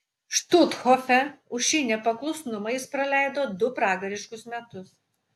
štuthofe už šį nepaklusnumą jis praleido du pragariškus metus